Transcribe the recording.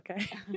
okay